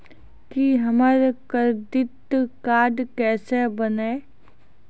की हमर credit card केसे बनिये?